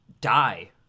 die